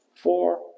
four